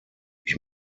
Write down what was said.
ich